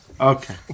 Okay